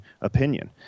opinion